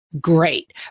Great